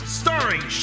starring